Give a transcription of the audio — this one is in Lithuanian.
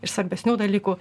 iš svarbesnių dalykų